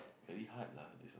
very hard lah